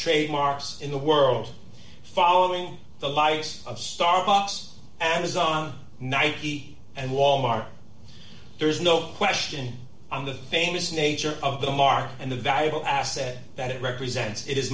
trademarks in the world following the likes of starbucks and is on nike and wal mart there is no question on the famous nature of the market and the valuable asset that it represents i